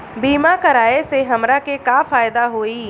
बीमा कराए से हमरा के का फायदा होई?